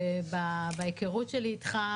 בהיכרות שלי איתך,